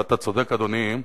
ואתה צודק, אדוני,